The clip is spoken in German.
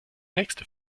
nächste